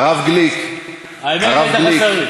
הרב גליק, הרב גליק.